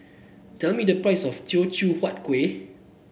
tell me the price of Teochew Huat Kueh